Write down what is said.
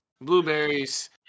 blueberries